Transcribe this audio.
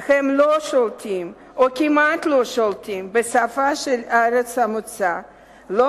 והם לא שולטים או כמעט לא שולטים בשפה של ארץ המוצא ולא